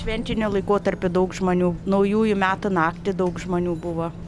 šventiniu laikotarpiu daug žmonių naujųjų metų naktį daug žmonių buvo